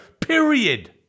Period